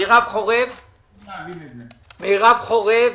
משרד הדיגיטל הלאומי, מרב חורב.